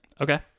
Okay